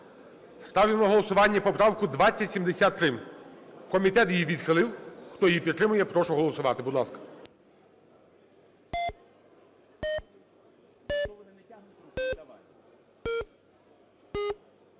Ставлю на голосування поправку 2073. Комітет її відхилив. Хто її підтримує, прошу проголосувати.